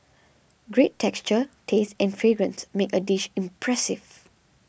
great texture taste and fragrance make a dish impressive